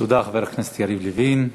תודה, חבר הכנסת יריב לוין.